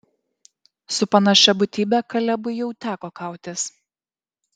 su panašia būtybe kalebui jau teko kautis